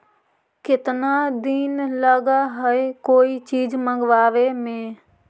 केतना दिन लगहइ कोई चीज मँगवावे में?